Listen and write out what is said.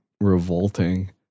revolting